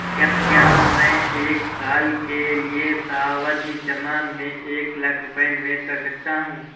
क्या मैं एक साल के लिए सावधि जमा में एक लाख रुपये निवेश कर सकता हूँ?